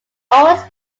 always